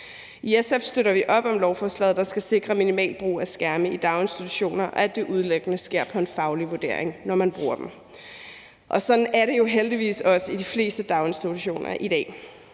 I SF støtter vi op om lovforslaget, der skal sikre minimal brug af skærme i daginstitutioner, og at det udelukkende sker på baggrund af en faglig vurdering, når man bruger dem. Og sådan er det jo heldigvis også i de fleste daginstitutioner i dag.